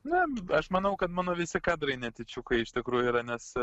na aš manau kad mano visi kadrai netyčiukai iš tikrųjų yra nes